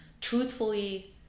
truthfully